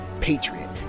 patriot